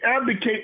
advocate